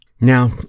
Now